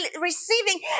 receiving